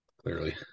Clearly